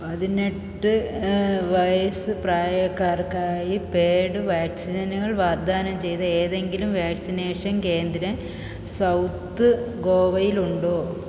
പതിനെട്ട് വയസ്സ് പ്രായക്കാർക്കായി പെയ്ഡ് വാക്സിനുകൾ വാഗ്ദാനം ചെയ്ത ഏതെങ്കിലും വാക്സിനേഷൻ കേന്ദ്രം സൗത്ത് ഗോവയിൽ ഉണ്ടോ